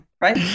right